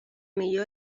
millor